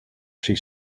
she